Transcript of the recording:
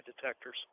detectors